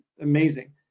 amazing